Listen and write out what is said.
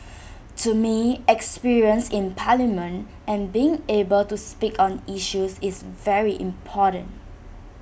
to me experience in parliament and being able to speak on issues is very important